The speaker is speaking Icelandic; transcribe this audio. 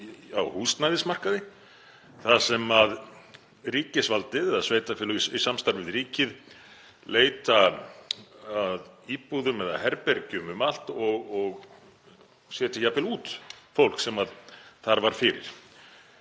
á húsnæðismarkaði þar sem ríkisvaldið eða sveitarfélög í samstarfi við ríkið leita að íbúðum eða herbergjum um allt og setja jafnvel út fólk sem þar var fyrir.